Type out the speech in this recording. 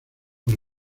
por